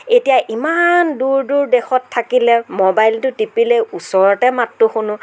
এতিয়া ইমান দূৰ দূৰ দেশত থাকিলে মোবাইলটো টিপিলেই ওচৰতে মাতটো শুনো